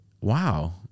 wow